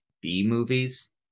B-movies